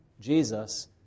Jesus